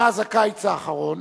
מאז הקיץ האחרון